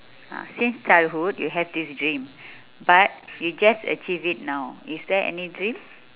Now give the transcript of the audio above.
ah since childhood you have this dream but you just achieved it now is there any dream